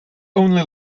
only